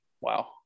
wow